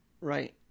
Right